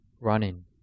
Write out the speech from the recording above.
running